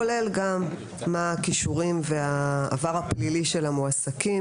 כולל גם מה הכישורים והעבר הפלילי של המועסקים